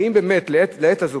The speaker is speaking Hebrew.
האם באמת לעת הזו,